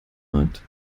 markt